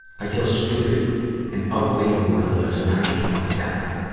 i feel stupid and ugly and worthless, and i just wanna die.